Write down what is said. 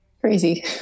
Crazy